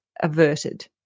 averted